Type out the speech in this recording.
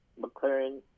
McLaren